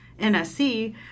NSC